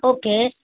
okay